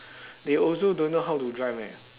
they also don't know how to drive leh